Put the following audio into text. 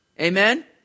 Amen